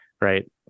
right